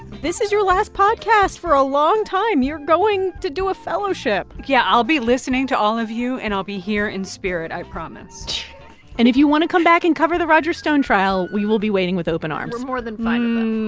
this is your last podcast for a long time. you're going to do a fellowship yeah. i'll be listening to all of you, and i'll be here in spirit. i promise and if you want to come back and cover the roger stone trial, we will be waiting with open arms we're more than fine